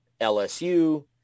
LSU